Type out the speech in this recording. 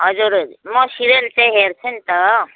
हजुर म सिरियल चाहिँ हेर्छ नि त